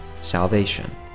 salvation